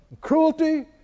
cruelty